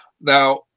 Now